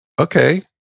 okay